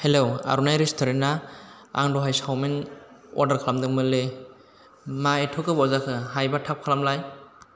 hello आर'नाय रेस्टुरेन्टना आं दहाय सावमिन अर्डार खालामदोंमोनलै मा एथ' गोबाव जाखो हायोबा थाब खालामलाय